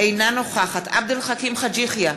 אינה נוכחת עבד אל חכים חאג' יחיא,